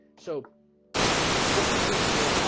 so what you're seeing here?